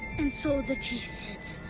and so the cheese sits,